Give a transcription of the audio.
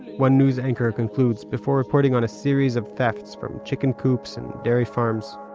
one news anchor concluded before reporting on a series of thefts from chicken coops and dairy farms.